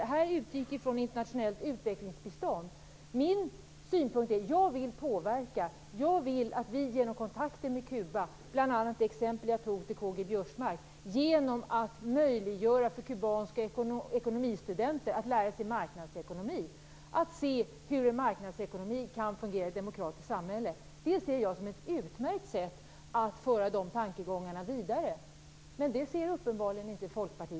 Det här utgick från internationellt utvecklingsbistånd. Min ståndpunkt är att jag vill påverka genom kontakter med Kuba. Det exempel jag gav Karl-Göran Biörsmark var att vi möjliggör för kubanska ekonomistudenter att lära sig marknadsekonomi och att se hur en marknadsekonomi kan fungera i ett demokratiskt samhälle. Det ser jag som ett utmärkt sätt att föra dessa tankegångar vidare. Men det ser uppenbarligen inte Folkpartiet.